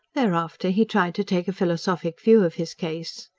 thereafter he tried to take a philosophic view of his case.